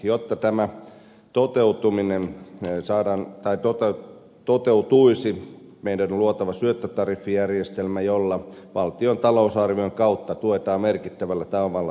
jotta tämä toteutuminen näin saadaan taitoa nopeutuisi toteutuisi meidän on luotava syöttötariffijärjestelmä jolla valtion talousarvion kautta tuetaan merkittävällä tavalla tuulivoimaa